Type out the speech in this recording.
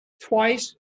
twice